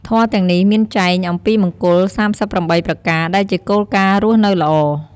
ធម៌ទាំងនេះមានចែងអំពីមង្គល៣៨ប្រការ ដែលជាគោលការណ៍រស់នៅល្អ។